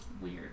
weird